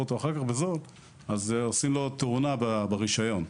אותו אחר כך בזול הן עושות לו "תאונה" ברישיון,